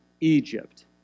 Egypt